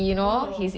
oh